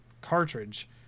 cartridge